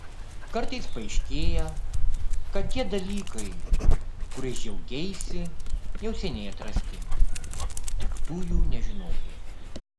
kartais paaiškėja kad tie dalykai kuriais džiaugeisi jau seniai atrasti tik tu jų nežinojai